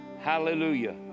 hallelujah